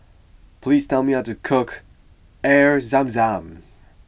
please tell me how to cook Air Zam Zam